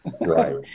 right